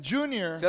Junior